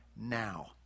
now